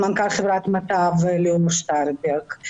עם מנכ"ל חברת מטב מר שטרברג,